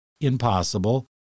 impossible